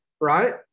Right